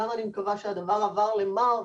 וגם אני מקווה שהדבר עבר גם למארק,